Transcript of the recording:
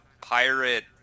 pirate